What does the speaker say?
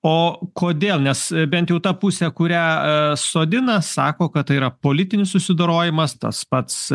o kodėl nes bent jau ta pusė kurią sodina sako kad tai yra politinis susidorojimas tas pats